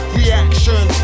reaction